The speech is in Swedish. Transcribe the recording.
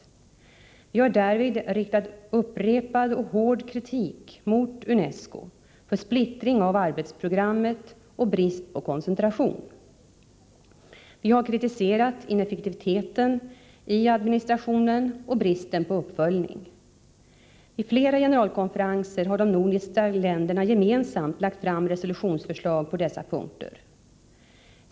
Vi har därvid riktat upprepad och hård kritik mot UNESCO för splittring av arbetsprogrammet och brist på koncentration. Vi har kritiserat ineffektiviteten i administrationen och bristen på uppföljning. Vid flera generalkonferenser har de nordiska länderna gemensamt lagt fram resolutionsförslag på dessa punkter.